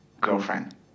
girlfriend